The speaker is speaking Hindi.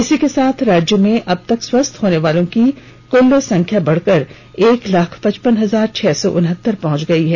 इसी के साथ राज्य में अब तक स्वस्थ होने वालों की कुल संख्या बढ़कर एक लाख पचपन हजार छह सौ उनहत्तर पहंच गई है